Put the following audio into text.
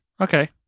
Okay